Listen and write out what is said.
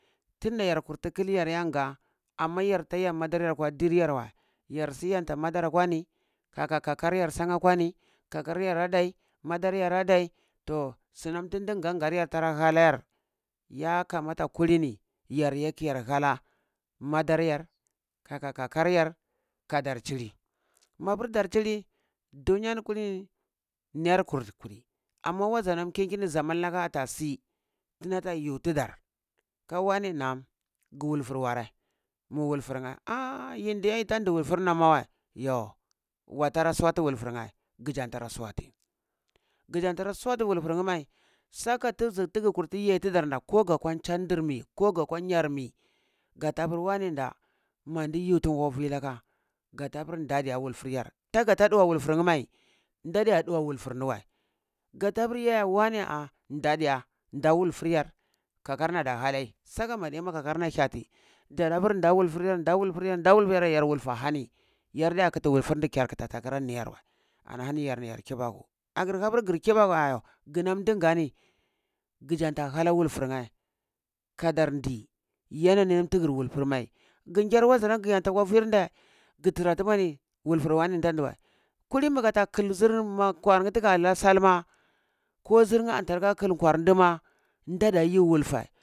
Tinda yare kurti kili yar yan nga, amma yare ta yah madar ya kwa dir yarwai yarsi yanta madar akwa ni kaka kakaryar san akwani kakar yar radai madar yar adai toh sunanm tin ndi nganga yar tara ha layar, ya kamata kulini yarye kiyar hala madar yar ka kakar yar kadar chili, mapur dar chili dunya ni kulini niyar kur- kuri amma waza nam kinki ni zaman laka ata si tinata yu tidar ka wane na'am gu wulfur warai mu wulfurnye ah diye yitan di wulfur na wawəi yo wa tara suwati wulfurnye? Gijan tara suwati gijan tara suwati wulfurn mai, saka ti tigi kurti yah tidar da koga kwa chandir mi ko ga kwa nyar mi ga tapur wanen da mandi yuti ko vi laka gatan pur danda diye wulfur yar taga ta ɗuwa wulfurn mai dadiya duwa wulfur m wəi gata pur wane ah da diya wulfur yar kakarnada halai saka madinka karna hyati ndada pur nda wulfur yar nda wulfur yar nda wulfur yar, yar wulfu hani, yar diya kitu ndi kiyi puta kra niyar wa ana hani yar niyar kibaku agar hapur gir kibaku wa ah ginam din nga ni gijanta halar wulfurnye kadan ndi yana niyam kigi wulfur mai ngin gyar wazanam gi yanta kwa vir nde, gi tira tuɓani wulfur wane tan di wəi kulini ma kul zir ma kwarnye tiga la sal ma ko zirnye ata like kul kwar ndi ma, da da yu wulfe